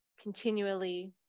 continually